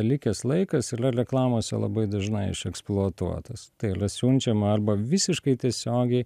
likęs laikas ylia reklamose labai dažnai išeksploatuotas tai ylia siunčiama arba visiškai tiesiogiai